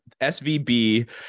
SVB